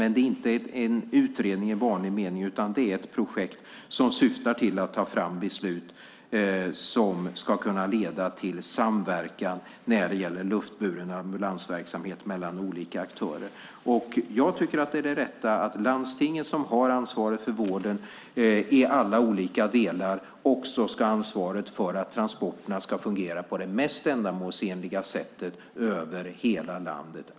Men det är inte en utredning i vanlig mening, utan det är ett projekt som syftar till att ta fram beslut som ska kunna leda till samverkan mellan olika aktörer när det gäller luftburen ambulansverksamhet. Jag tycker att det är det rätta att landstingen, som har ansvaret för vården i alla olika delar, också ska ha ansvaret för att transporterna fungerar på det mest ändamålsenliga sättet över hela landet.